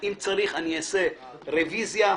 אם צריך אעשה רביזיה,